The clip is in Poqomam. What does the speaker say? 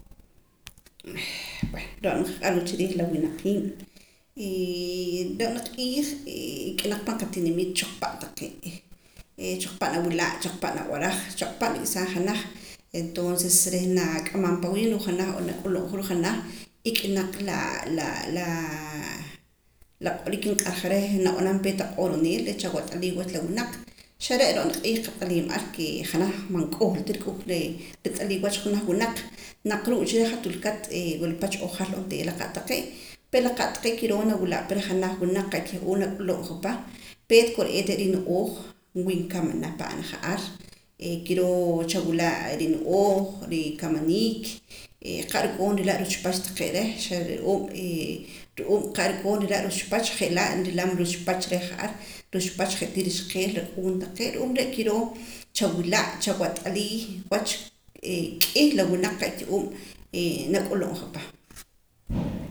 Ro'na nqaq'arwa chiriij la winaqiib' ro'na q'iij ik'anaq pan qatinimiit choqpa' taqee' choqpa' nawila' choqpa' nab'araj choqpa' nrik'saa janaj entonces reh nak'amam pa wiib' ruu' janaj winaq o nak'uluumja ruu' janaj ik'anaq la la q'orik nq'arja reh nab'anam peet aq'oroneel reh chawat'alii wach la winaq xare' ro'na q'iij qat'aliim ar janaj man nk'uhla ta reh nrat'alii wach junaj winaq naq ruu' cha reh hat wulkaat e wula pach n'oo jal onteera la qa' taqee' pero la qa' taqee' kiroo nawila' pa reh qa'keh ah'uu nak'ulumja pa peet kore'eet re' rino'ooj wi nkamana pa'na ja'ar e kiroo chawila' rino'ooj rikamaniik qa' rukoor nrila' taqee' ruchpach taqee' reh ru'um qa' rukoor nrila' ruchpach je' laa' nrila ruchpach reh ja'ar ruchpach je' tii rixqeel rak'uun taqee' ru'uum re' kiroo chawila' chawat'alii wach kíh la winaq qa'keh uum nak'ulum ja pa